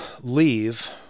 Leave